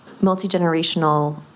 multi-generational